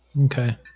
okay